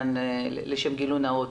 לשם גילוי נאות,